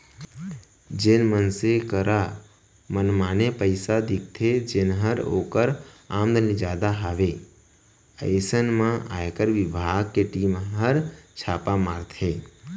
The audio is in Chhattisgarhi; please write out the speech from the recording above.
जेन मनसे करा मनमाने पइसा दिखथे जेनहर ओकर आमदनी ले जादा हवय अइसन म आयकर बिभाग के टीम हर छापा मारथे